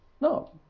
No